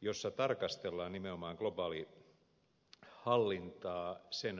jossa tarkastellaan nimenomaan globaalihallintaa sen vaativuutta